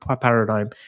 paradigm